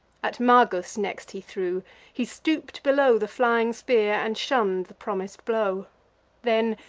at magus next he threw he stoop'd below the flying spear, and shunn'd the promis'd blow then,